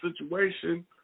situation